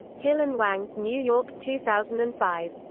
hill and wang, new york, two thousand and five.